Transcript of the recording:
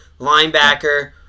linebacker